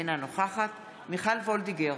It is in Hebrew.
אינה נוכחת מיכל וולדיגר,